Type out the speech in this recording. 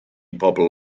bobl